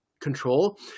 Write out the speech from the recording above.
control